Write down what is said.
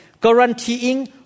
guaranteeing